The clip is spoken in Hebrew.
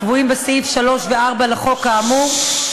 הקבועים בסעיף 3 ו-4 לחוק האמור,